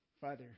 Father